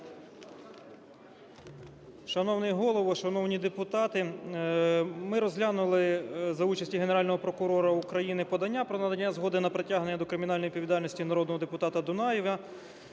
Шановний Голово, шановні депутати! Ми розглянули за участі Генерального прокурора України подання про надання згоди на притягнення до кримінальної відповідальності народного депутата Дунаєва.